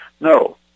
No